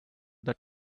that